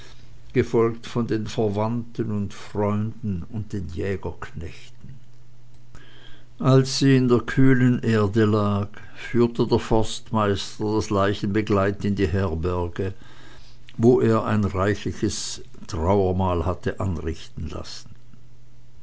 gefolgt von den verwandten und freunden und den jägerknechten als sie in der kühlen erde lag führte der forstmeister das leichenbegleit in die herberge wo er ein reichliches totenmahl hatte anrichten lassen